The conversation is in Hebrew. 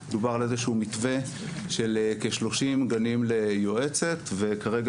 דובר על איזשהו מתווה של כ-30 גנים ליועצת וכרגע,